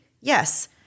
Yes